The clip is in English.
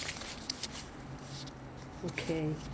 moisturiser err serum ampoule essence